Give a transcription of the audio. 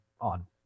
on